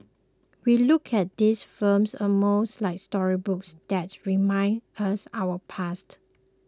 we look at these films almost like storybooks that remind us about our past